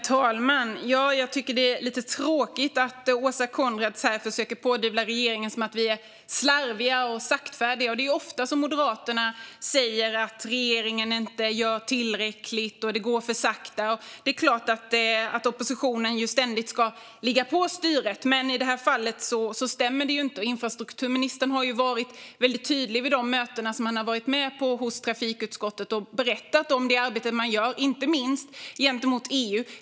Herr talman! Det är lite tråkigt att Åsa Coenraads påstår att regeringen är slarvig och saktfärdig. Moderaterna säger ofta att regeringen inte gör tillräckligt och att det går för sakta. Det är klart att oppositionen ständigt ska ligga på styret. Men i det här fallet stämmer det inte. Infrastrukturministern har vid de möten i trafikutskottet han har varit med på varit tydlig med och berättat om det arbete man gör, inte minst gentemot EU.